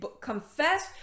confess